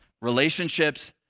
Relationships